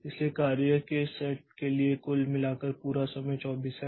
इसलिए कार्य के सेट के लिए कुल मिलाकर पूरा समय 24 है